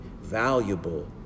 valuable